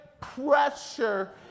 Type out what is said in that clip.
pressure